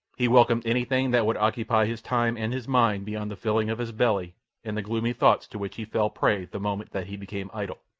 he welcomed anything that would occupy his time and his mind beyond the filling of his belly and the gloomy thoughts to which he fell prey the moment that he became idle.